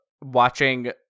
watching